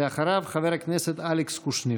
אחריו, חבר הכנסת אלכס קושניר.